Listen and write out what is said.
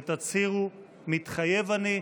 ותצהירו "מתחייב אני"